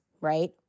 right